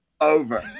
over